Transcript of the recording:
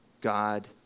God